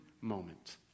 moment